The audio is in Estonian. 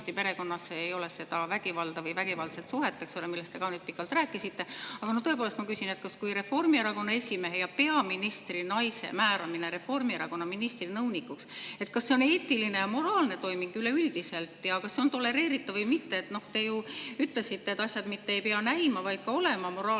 perekonnas ei ole seda vägivalda või vägivaldset suhet, millest te ka nüüd pikalt rääkisite. Aga ma tõepoolest küsin: kas Reformierakonna esimehe, peaministri naise määramine Reformierakonna ministri nõunikuks on üleüldiselt eetiline ja moraalne toiming ja kas see on tolereeritav või mitte? Te ju ütlesite, et asjad mitte ei pea näima, vaid ka olema moraalsed